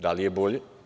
Da li je bolje?